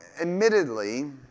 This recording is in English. admittedly